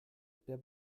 der